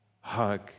hug